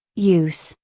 use,